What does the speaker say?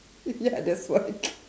ya that's why